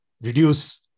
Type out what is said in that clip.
reduce